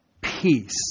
peace